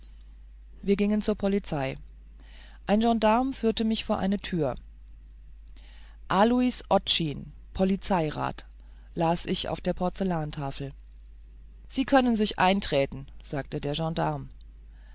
wir gingen zur polizei ein gendarm führte mich vor eine tür las ich auf der porzellantafel sie kännen sich einträtten sagte der